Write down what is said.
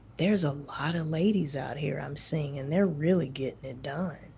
there's a lot of ladies out here i'm seeing and they're really getting it done.